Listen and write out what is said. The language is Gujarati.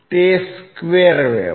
તે સ્ક્વેર વેવ છે